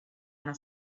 una